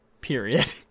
Period